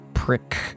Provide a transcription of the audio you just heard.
prick